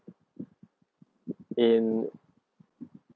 in